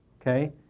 okay